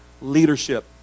leadership